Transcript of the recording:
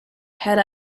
head